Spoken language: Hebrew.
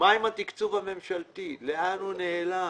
ושואל מה עם התקצוב הממשלתי ולאן הוא נעלם.